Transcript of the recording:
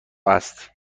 است